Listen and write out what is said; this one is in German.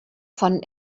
von